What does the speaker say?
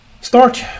Start